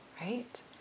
right